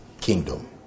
kingdom